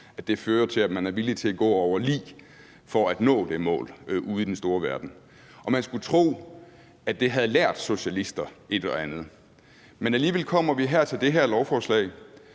fører til, at man er villig til at gå over lig for at nå det mål ude i den store verden. Man skulle tro, at det havde lært socialister et og andet. Men alligevel kommer vi her til det her lovforslag,